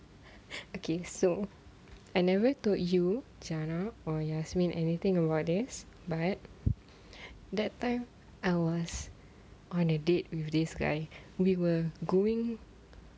okay so I never told you liana or jasmine anything about this but that time I was on a date with this guy we were going